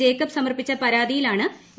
Jacob സമർപ്പിച്ച പരാതിയിലാണ് A